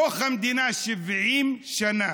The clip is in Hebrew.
הכחול-לבן,